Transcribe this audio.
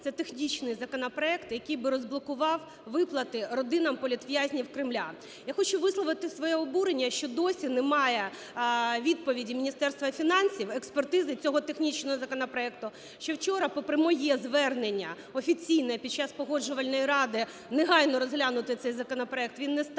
Це технічний законопроект, який би розблокував виплати родинам політв'язнів Кремля. Я хочу висловити своє обурення, що досі немає відповіді Міністерства фінансів, експертизи цього технічного законопроекту, що вчора попри моє звернення офіційне під час Погоджувальної ради негайно розглянути цей законопроект, він не став